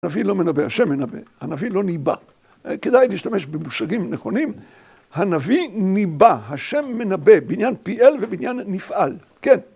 הנביא לא מנבא, השם מנבא. הנביא לא ניבא. כדאי להשתמש במושגים נכונים. הנביא ניבא, השם מנבא, בניין פיעל ובניין נפעל. כן.